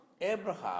Abraham